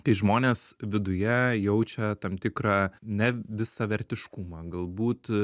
kai žmonės viduje jaučia tam tikrą nevisavertiškumą galbūt